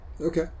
Okay